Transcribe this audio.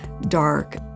dark